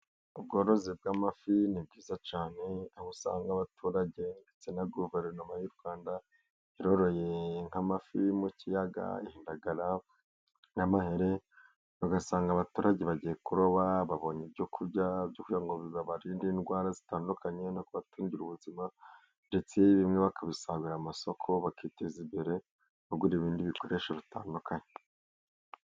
Ubworozi bw'amafi ni bwiza cyane aho usanga abaturage ndetse na guverinoma y'u Rwanda yarororeye nk'amafi mu kiyaga, indagarara, n'amahere, ugasanga abaturage bagiye kuroba babonye ibyo kurya byo kugira ngo babarinde indwara zitandukanye no kubatungira ubuzima, ndetse bimwe bakabisagurira amasoko, bakiteza imbere bagura ibindi bikoresho bitandukanye.